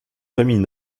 famille